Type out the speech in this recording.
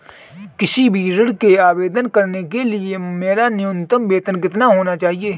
किसी भी ऋण के आवेदन करने के लिए मेरा न्यूनतम वेतन कितना होना चाहिए?